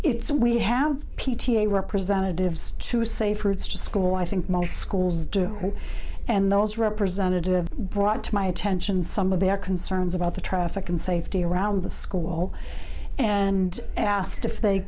it's we have p t a representatives to say for it's just school i think most schools do and those representative brought to my attention some of their concerns about the traffic and safety around the school and asked if they